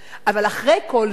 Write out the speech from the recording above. אבל אחרי כל זה,